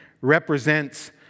represents